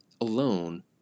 alone